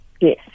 Yes